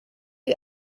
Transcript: you